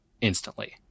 instantly